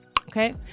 okay